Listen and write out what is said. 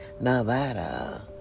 Nevada